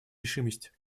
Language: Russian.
решимость